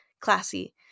classy